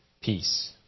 peace